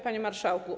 Panie Marszałku!